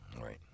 Right